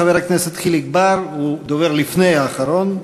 חבר הכנסת חיליק בר הוא הדובר לפני האחרון,